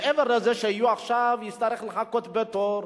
מעבר לזה שהוא עכשיו יצטרך לחכות בתור,